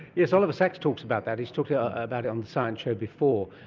yes, oliver sacks talks about that, he's talked yeah about it on the science show before,